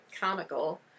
comical